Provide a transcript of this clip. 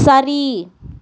சரி